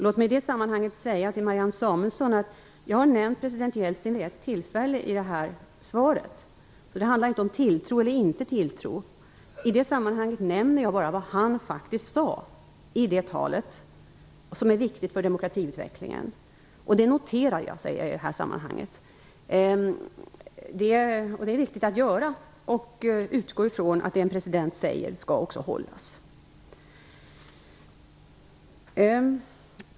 Låt mig i det sammanhanget säga till Marianne Samuelsson att jag har nämnt president Jeltsin vid ett tillfälle i svaret. Det handlar inte om tilltro eller inte tilltro. Jag nämner bara vad han faktiskt sade i det talet, som är viktigt för demokratiutvecklingen. Jag säger att jag noterar det. Det är viktigt att göra detta, och att utgå ifrån att det en president säger också skall hållas.